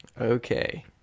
Okay